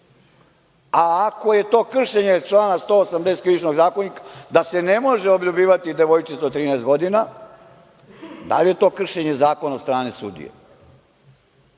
Ako je to kršenje člana 180. Krivičnog zakonika, da se ne može obljubivati devojčica od 13 godina, da li je to kršenje zakona od strane sudije?